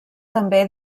també